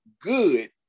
good